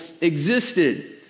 existed